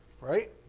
Right